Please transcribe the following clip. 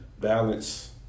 balance